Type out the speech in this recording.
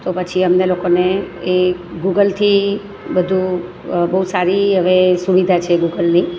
તો પછી અમને લોકોને એ ગુગલથી બધું બહુ સારી હવે સુવિધા છે ગુગલની